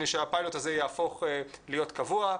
שהפיילוט הזה יהפוך להיות קבוע.